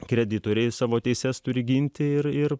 kreditoriai savo teises turi ginti ir ir